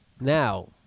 Now